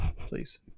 please